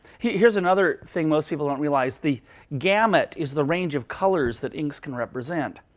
here's another thing most people don't realize. the gamut is the range of colors that inks can represent.